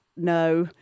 no